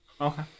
Okay